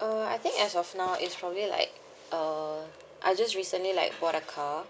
uh I think as of now it's probably like uh I just recently like bought a car